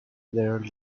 their